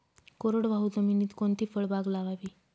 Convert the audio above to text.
कोरडवाहू जमिनीत कोणती फळबाग लावावी?